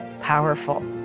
powerful